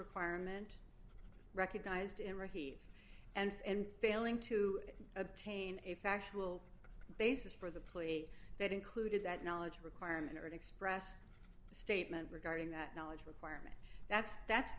requirement recognized him or he and failing to obtain a factual basis for the plea that included that knowledge requirement and expressed the statement regarding that knowledge requirement that's that's